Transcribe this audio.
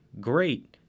great